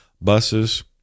buses